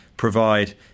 provide